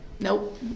Nope